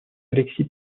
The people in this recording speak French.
alexis